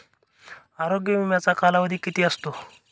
आरोग्य विम्याचा कालावधी किती असतो?